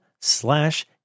slash